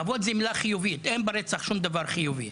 כבוד זו מילה חיובית, אין ברצח שום דבר חיובי.